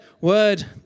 word